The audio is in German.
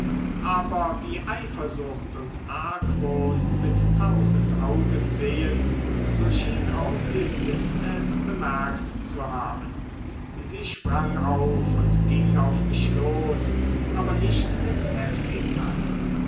aber wie eifersucht und argwohn mit tausend augen sehen so schien auch lucinde es bemerkt zu haben sie sprang auf und ging auf mich los aber nicht mit heftigkeit